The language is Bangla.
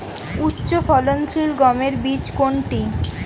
উচ্চফলনশীল গমের বীজ কোনটি?